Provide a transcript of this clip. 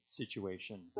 situation